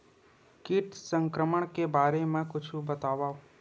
कीट संक्रमण के बारे म कुछु बतावव?